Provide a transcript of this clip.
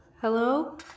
Hello